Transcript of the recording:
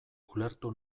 ulertu